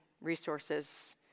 resources